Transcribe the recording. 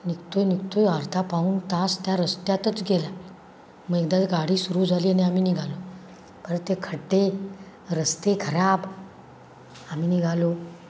निघतो आहे निघतो आहे अर्धा पाऊण तास त्या रस्त्यातच गेला मग एकदा गाडी सुरू झाली आणि आम्ही निघालो परत ते खड्डे रस्ते खराब आम्ही निघालो